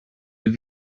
have